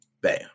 Bam